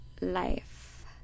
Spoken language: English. life